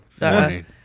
Morning